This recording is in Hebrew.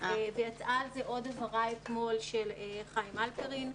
יצאה על זה עוד הבהרה אתמול של חיים הלפרין.